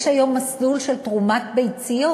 יש היום מסלול של תרומת ביציות.